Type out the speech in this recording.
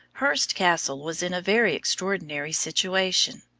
hurst castle was in a very extraordinary situation.